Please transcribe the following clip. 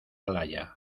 laya